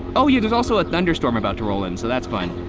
oh yeah there's also a thunderstorm about to roll in, so that's fine.